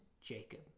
Jacob